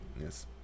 Yes